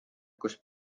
kus